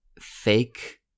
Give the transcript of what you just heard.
fake